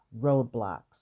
roadblocks